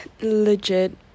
legit